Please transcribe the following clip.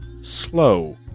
slow